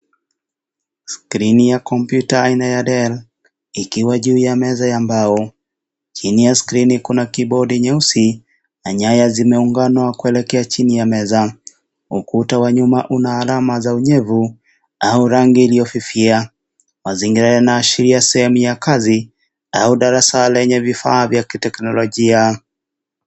Skrini ya kompyuta aina ya Dell ikiwa juu ya meza ya mbao, chini ya skrini kuna kibodi nyeusi, na nyaya zimeunganishwa kuelekea chini ya meza. Ukuta wa nyuma una alama za unyevu au rangi iliyofifia, mazingira yanaashiria sehemu la kazi au darasa lenye vifaa vya kiteknolojia.